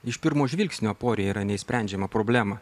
iš pirmo žvilgsnio aporija yra neišsprendžiama problema